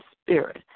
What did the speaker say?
spirit